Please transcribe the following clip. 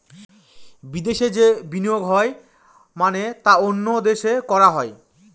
বিদেশে যে বিনিয়োগ হয় মানে তা অন্য দেশে করা হয়